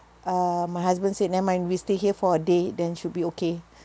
uh my husband said never mind we stay here for a day then should be okay